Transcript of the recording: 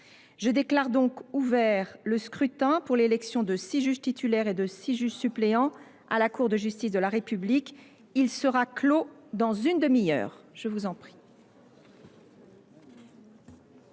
Je déclare ouvert le scrutin pour l’élection de six juges titulaires et de six juges suppléants à la Cour de justice de la République. Il sera clos dans une demi heure. Nous reprenons